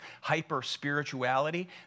hyper-spirituality